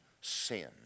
sin